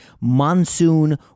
monsoon